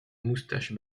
moustache